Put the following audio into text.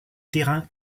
terrain